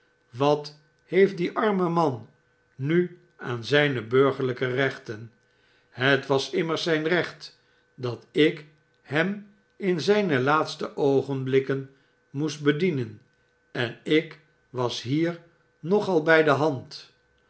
wat heeft die arme man nu aan zijne burgerlijke rechten het was immers zijn recht dat ik hem in zijne laatste oogenblikken moest bedienen enik was hier nog al bij de hand